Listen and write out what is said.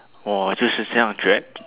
我就是将觉得